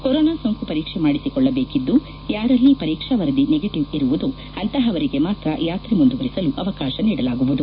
corona ಸೋಂಕು ಪರೀಕ್ಷೆ ಮಾಡಿಸಿಕೊಳ್ಳಬೇಕಿದ್ದು ಯಾರಲ್ಲಿ ಪರೀಕ್ಷಾ ವರದಿ ನೆಗಟಿವ್ ಇರುವುದೋ ಅಂತಹವರಿಗೆ ಮಾತ್ರ ಯಾತ್ರೆ ಮುಂದುವರಿಸಲು ಅವಕಾಶ ನೀಡಲಾಗುವುದು